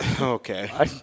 Okay